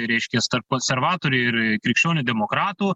reiškias tarp konservatorių ir krikščionių demokratų